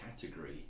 category